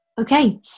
Okay